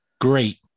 Great